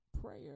prayer